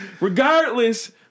regardless